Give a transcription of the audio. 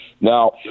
Now